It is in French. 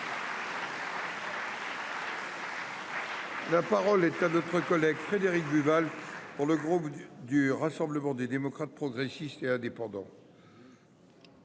La parole est à M. Frédéric Buval, pour le groupe Rassemblement des démocrates, progressistes et indépendants.